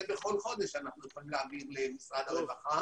בכל חודש אנחנו יכולים להעביר למשרד הרווחה